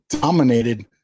dominated